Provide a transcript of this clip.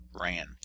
ran